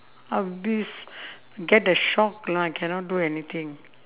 I'll be s~ get the shock lah cannot do anything